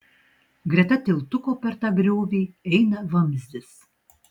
greta tiltuko per tą griovį eina vamzdis